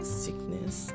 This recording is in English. sickness